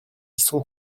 sont